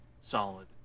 solid